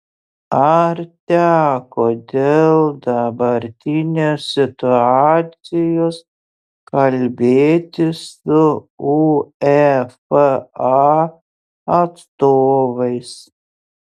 ar teko dėl dabartinės situacijos kalbėtis su uefa atstovais